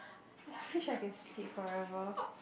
I wish I can sleep forever